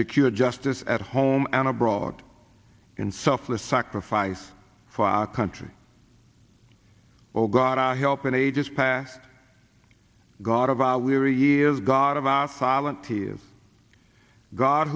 secure justice at home and abroad in selfless sacrifice for our country or god our help in ages past god of our weary years god of our fallen heroes god